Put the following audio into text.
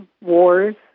wars